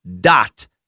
dot